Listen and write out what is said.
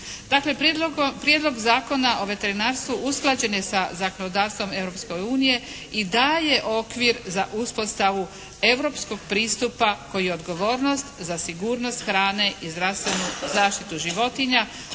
Prijedlog zakona o veterinarstvu usklađen je sa zakonodavstvom Europske unije i daje okvir za uspostavu europskog pristupa koji je odgovornost za sigurnost hrane i zdravstvenu zaštitu životinja